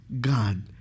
God